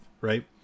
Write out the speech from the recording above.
Right